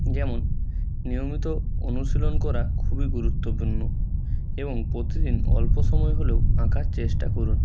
যেমন নিয়মিত অনুশীলন করা খুবই গুরুত্বপূর্ণ এবং প্রতিদিন অল্প সময় হলেও আঁকার চেষ্টা করুন